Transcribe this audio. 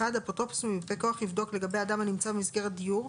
(1)אפוטרופוס ומיופה כוח יבדוק לגבי אדם הנמצא במסגרת דיור,